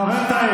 חברי הכנסת.